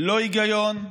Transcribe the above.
לא היגיון,